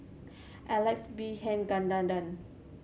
Alex Abisheganaden